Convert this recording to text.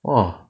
!wah!